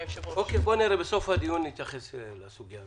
בסוף הדיון נתייחס לסוגיה.